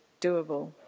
doable